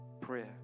Prayer